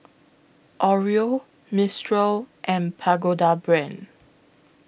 Oreo Mistral and Pagoda Brand